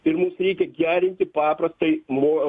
ir mums reikia gerinti paprastai nuo